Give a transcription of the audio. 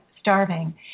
starving